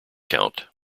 count